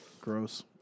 Gross